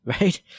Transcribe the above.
Right